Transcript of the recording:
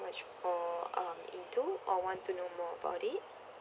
much more um into or want to know more about it